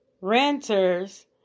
Renters